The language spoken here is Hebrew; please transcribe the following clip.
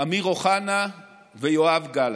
אמיר אוחנה ויואב גלנט.